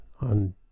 on